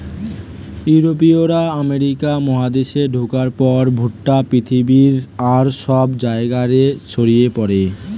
ইউরোপীয়রা আমেরিকা মহাদেশে ঢুকার পর ভুট্টা পৃথিবীর আর সব জায়গা রে ছড়ি পড়ে